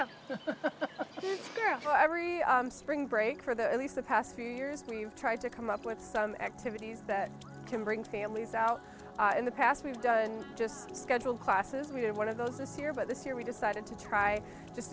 there were every spring break for the at least the past few years we've tried to come up with some activities that can bring families out in the past we've done just schedule classes we did one of those this year but this year we decided to try just